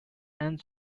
and